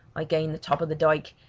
i gained the top of the dyke,